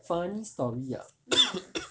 funny story ah